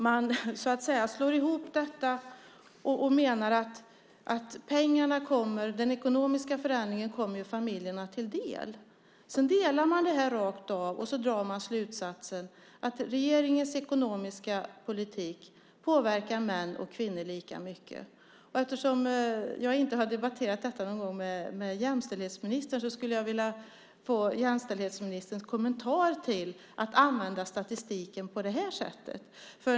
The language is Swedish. Man slår ihop detta och menar att den ekonomiska förändringen kommer familjerna till del. Sedan delar man detta rakt av och drar slutsatsen att regeringens ekonomiska politik påverkar män och kvinnor lika mycket. Eftersom jag inte har debatterat någon gång med jämställdhetsministern skulle jag vilja få jämställdhetsministerns kommentar till att använda statistiken på det sättet.